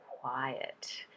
quiet